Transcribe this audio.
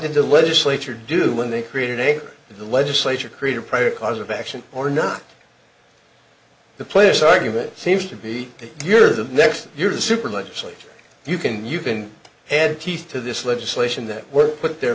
the legislature do when they created a the legislature created private cause of action or not the place argument seems to be your next year's super legislature you can you can add teeth to this legislation that were put there